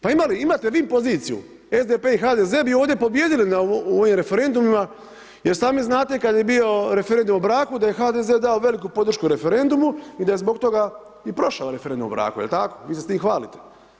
Pa imate vi poziciju, SDP i HDZ bi ovdje pobijedili na ovim referendumima, jer i sami znate kada je bio referendum o braku da je HDZ dao veliku podršku referendumu i da je zbog toga i prošao referendum o braku, jel tako, vi se s tim hvalite.